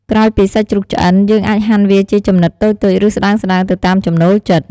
ក្រោយពីសាច់ជ្រូកឆ្អិន យើងអាចហាន់វាជាចំណិតតូចៗ ឬស្ដើងៗ ទៅតាមចំណូលចិត្ត។